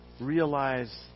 Realize